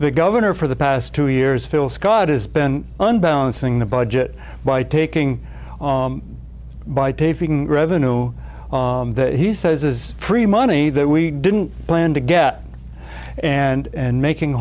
the governor for the past two years phil scott has been unbalancing the budget by taking by taking revenue that he says is free money that we didn't plan to get and making